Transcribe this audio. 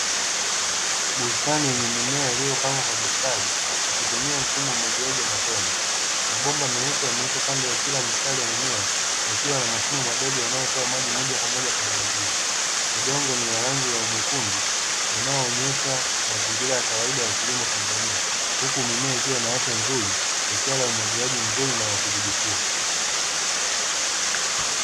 Bustani yenye mimea iliyopangwa kwa mstari kitumia mfumo wa umwagiliaji wa matone, mabomba meusi yamewekwa kando ya kila mistari ya mimea yakiwa na mashimo madogo yanayotoa maji moja kwa moja kwenye kizizi, udongo ni wa rangi ya mwekundu unaoonyesha mazingira ya kawaida ya kilimo tanzania huku mimea ikiwa na afya nzuri ishara ya umwagiliaji mzuri na kudhibitiwa.